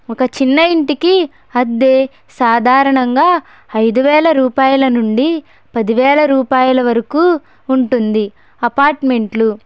ఒక చిన్న ఇంటికి అద్దే సాధారణంగా అయిదు వేల రూపాయల నుండి పదివేల రూపాయల వరకు ఉంటుంది అపార్ట్మెంట్లు